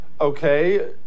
Okay